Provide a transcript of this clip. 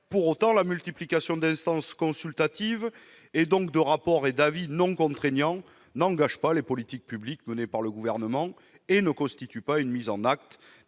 Reste que la multiplication d'instances consultatives, donc de rapports et d'avis non contraignants, n'engage pas les politiques publiques menées par le Gouvernement ni ne constitue une mise en actes